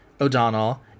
O'Donnell